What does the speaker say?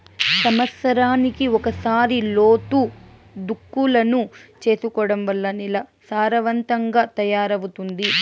సమత్సరానికి ఒకసారి లోతు దుక్కులను చేసుకోవడం వల్ల నేల సారవంతంగా తయారవుతాది